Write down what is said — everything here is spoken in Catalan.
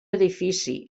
edifici